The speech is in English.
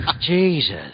Jesus